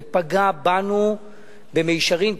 זה פגע בנו במישרין,